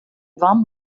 warmen